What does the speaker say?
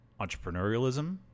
Entrepreneurialism